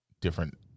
different